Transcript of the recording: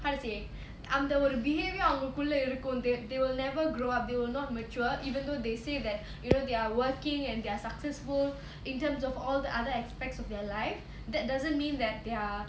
how to say அந்த ஒரு:andha oru behaviour அவுங்களுக்குள்ள இருக்கும்:avungalukkulla irukkum they they will never grow up they will not mature even though they say that you know they're working and they're successful in terms of all the other aspects of their life that doesn't mean that they're